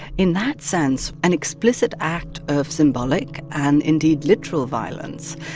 in that sense, an explicit act of symbolic and, indeed, literal violence,